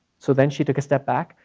so then she took a step back,